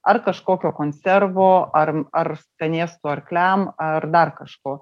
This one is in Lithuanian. ar kažkokio konservo ar ar skanėstų arkliam ar dar kažko